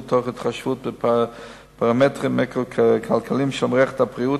תוך התחשבות בפרמטרים כלכליים של מערכת הבריאות,